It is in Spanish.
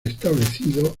establecido